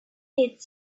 did